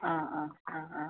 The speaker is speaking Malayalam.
ആ ആ ആ ആ